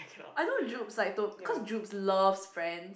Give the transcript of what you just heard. I know Judes like to cause Jude loves Friends